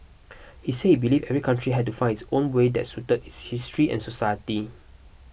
he say believed every country had to find its own way that suited its history and society